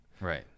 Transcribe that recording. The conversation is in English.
right